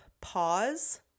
pause